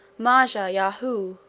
majah yahoo